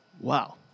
Wow